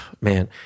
Man